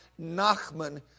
Nachman